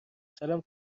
سالم